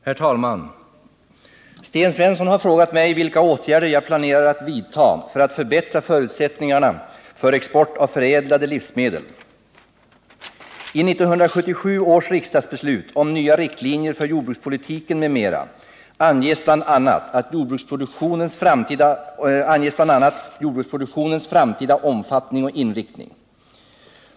Herr talman! Sten Svensson har frågat mig vilka åtgärder jag planerar att vidta för att förbättra förutsättningarna för export av förädlade livsmedel. I 1977 års riksdagsbeslut om nya riktlinjer för jordbrukspolitiken m.m. anges bl.a. jordbruksproduktionens framtida omfattning och inriktning.